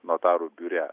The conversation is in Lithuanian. notarų biure